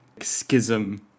schism